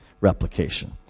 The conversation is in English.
replication